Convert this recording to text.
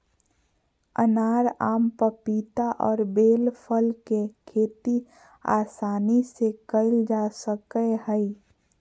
अनार, आम, पपीता और बेल फल के खेती आसानी से कइल जा सकय हइ